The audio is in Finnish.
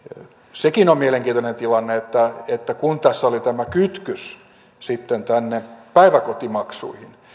sekin on mielenkiintoinen tilanne että kun tässä oli tämä kytkös sitten tänne päiväkotimaksuihin